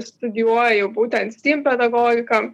studijuoju būtent stim pedagogiką